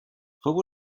fou